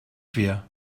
wir